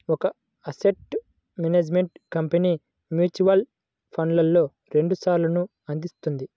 ఒక asset management company mutual ఫండ్స్లో రెండు ప్లాన్లను అందిస్తుంది